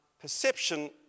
perception